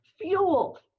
fuel